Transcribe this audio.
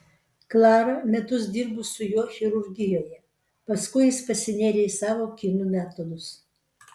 klara metus dirbo su juo chirurgijoje paskui jis pasinėrė į savo kinų metodus